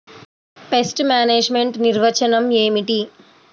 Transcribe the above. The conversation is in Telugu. పెస్ట్ మేనేజ్మెంట్ నిర్వచనం ఏమిటి?